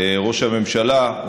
ראש הממשלה,